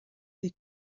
des